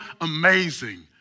amazing